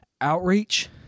Outreach